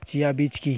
Chia বীজ কী?